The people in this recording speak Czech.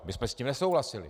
My jsme s tím nesouhlasili.